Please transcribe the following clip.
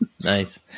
nice